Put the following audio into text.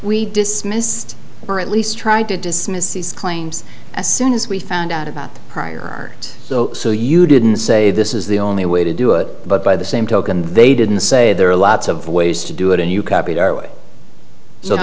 we dismissed or at least tried to dismiss these claims as soon as we found out about the prior so you didn't say this is the only way to do it but by the same token they didn't say there are lots of ways to do it and you copied our way